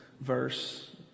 verse